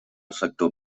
sector